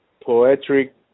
poetic